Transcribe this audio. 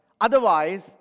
otherwise